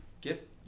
get